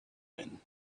when